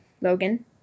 Logan